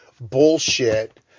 bullshit